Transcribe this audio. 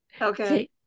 Okay